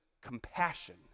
compassion